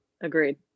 Agreed